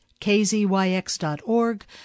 kzyx.org